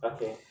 Okay